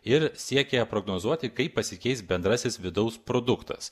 ir siekia prognozuoti kaip pasikeis bendrasis vidaus produktas